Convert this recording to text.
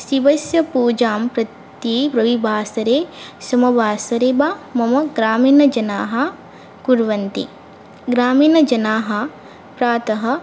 शिवस्य पूजां प्रति रविवासरे सोमवासरे वा मम ग्रामीणजनाः कुर्वन्ति ग्रामीणजनाः प्रातः